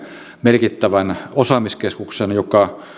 merkittävän osaamiskeskuksen joka